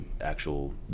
actual